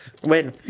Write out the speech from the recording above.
Bueno